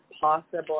possible